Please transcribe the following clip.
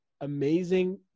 amazing